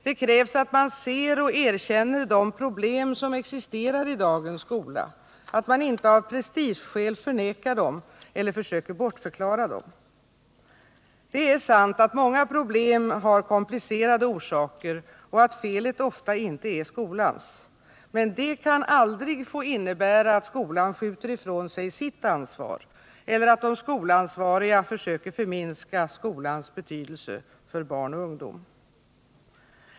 Det krävs att man ser och erkänner de problem som existerar i dagens skola, att man inte av prestigeskäl förnekar dem eller söker bortförklara dem. Det är sant att många problem har komplicerade orsaker och att felet ofta inte är skolans. Detta kan dock aldrig få innebära att skolan skjuter ifrån sig sitt ansvar eller att de skolansvariga försöker förminska skolans betydelse för barn och ungdom.